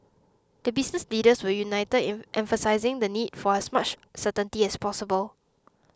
the business leaders were united in emphasising the need for as much certainty as possible